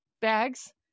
bags